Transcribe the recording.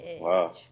Wow